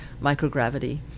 microgravity